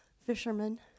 fishermen